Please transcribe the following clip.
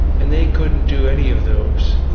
and they couldn't do any of those.